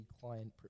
client